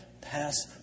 pass